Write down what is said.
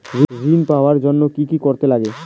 ঋণ পাওয়ার জন্য কি কি করতে লাগে?